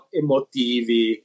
emotivi